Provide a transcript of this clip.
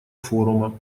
форума